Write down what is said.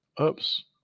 Oops